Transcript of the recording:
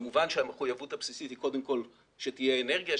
כמובן שהמחויבות הבסיסית היא קודם כל שתהיה אנרגיה,